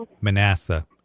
Manasseh